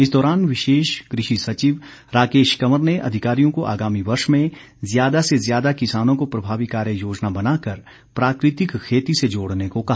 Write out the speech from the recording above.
इस दौरान विशेष कृषि सचिव राकेश कंवर ने अधिकारियों को आगामी वर्ष में ज्यादा से ज्यादा किसानों को प्रभावी कार्य योजना बनाकर प्राकृतिक खेती से जोड़ने को कहा